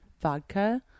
vodka